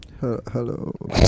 Hello